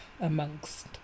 amongst